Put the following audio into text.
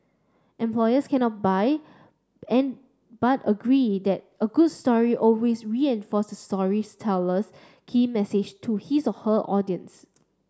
employers cannot buy and but agree that a good story always reinforces the key message to his or her audience